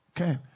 okay